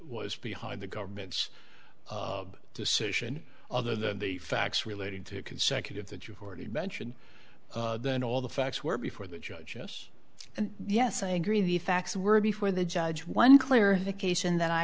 was behind the government's decision other than the facts relating to consecutive that you've already mentioned then all the facts were before the judge yes and yes i agree the facts were before the judge one clarification that i